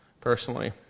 personally